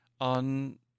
on